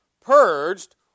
purged